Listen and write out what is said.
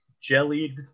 jellied